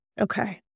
Okay